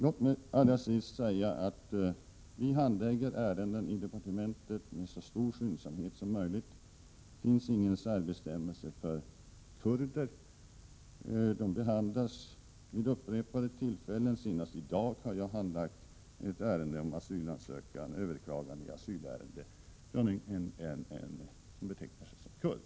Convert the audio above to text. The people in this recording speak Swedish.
Låt mig allra sist säga att vi handlägger ärenden i departementet med så stor skyndsamhet som möjligt. Det finns inga särbestämmelser för kurder. 17 Frågor som gäller dem har behandlats vid upprepade tillfällen. Senast i dag har jag handlagt en asylansökan. Det var ett överklagande av ett asylärende från en person som betecknar sig som kurd.